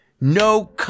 No